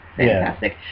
Fantastic